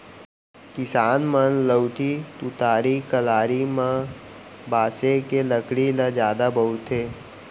किसान मन लउठी, तुतारी, कलारी म बांसे के लकड़ी ल जादा बउरथे